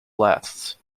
lasts